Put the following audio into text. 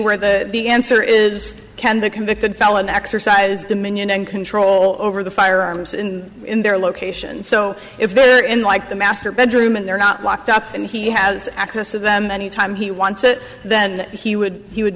where the the answer is can the convicted felon exercise dominion and control over the firearms in their location so if they're in like the master bedroom and they're not locked up and he has access to them anytime he wants it then he would he would